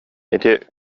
ити